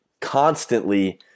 constantly